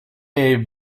jej